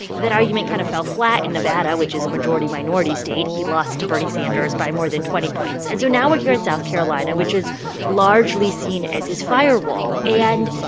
that argument kind of fell flat in nevada, which is a majority minority state. he lost to bernie sanders by more than twenty points. and so now we're here in south carolina, which is largely seen as his firewall and,